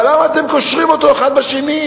אבל למה אתם קושרים אותם אחד בשני?